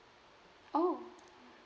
oh